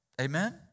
Amen